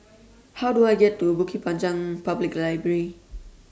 How Do I get to Bukit Panjang Public Library